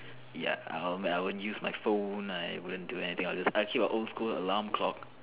ya I will I won't use my phone I wouldn't do anything I will just I keep an old school alarm clock